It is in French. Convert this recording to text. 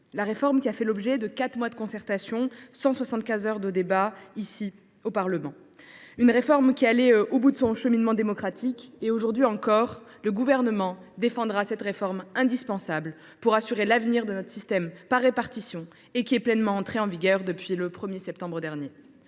réforme, qui a fait l’objet de quatre mois de concertation et de 175 heures de débats parlementaires, est allée au bout de son cheminement démocratique. Aujourd’hui encore, le Gouvernement défendra cette réforme indispensable pour assurer l’avenir de notre système par répartition, qui est pleinement entrée en vigueur depuis le 1 septembre dernier.